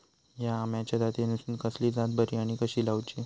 हया आम्याच्या जातीनिसून कसली जात बरी आनी कशी लाऊची?